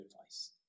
advice